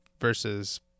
versus